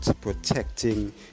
protecting